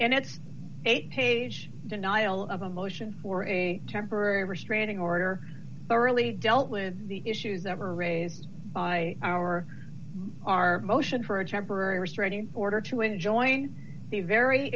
and its eight page denial of a motion for a temporary restraining order to really dealt with the issues that were raised by our our motion for a temporary restraining order to enjoin the very